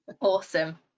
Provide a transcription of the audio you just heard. Awesome